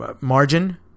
margin